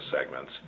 segments